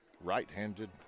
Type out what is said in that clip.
right-handed